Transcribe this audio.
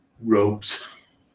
robes